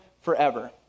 forever